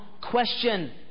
question